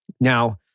Now